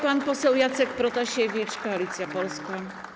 Pan poseł Jacek Protasiewicz, Koalicja Polska.